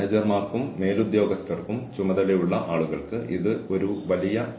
ജീവനക്കാർ മയക്കുമരുന്ന് ഉപയോഗിക്കുന്നതായി കണ്ടെത്തിയാൽ നിങ്ങൾ എന്തുചെയ്യും